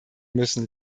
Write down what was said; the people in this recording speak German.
müssen